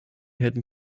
hidden